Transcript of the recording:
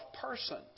persons